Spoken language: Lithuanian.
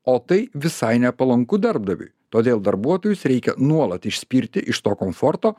o tai visai nepalanku darbdaviui todėl darbuotojus reikia nuolat išspirti iš to komforto